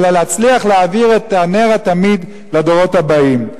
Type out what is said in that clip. אלא להצליח להעביר את נר התמיד לדורות הבאים.